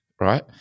right